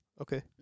Okay